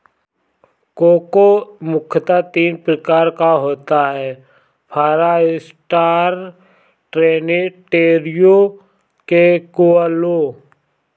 cocoa मुख्यतः तीन प्रकार का होता है फारास्टर, ट्रिनिटेरियो, क्रिओलो